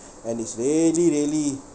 and he's really really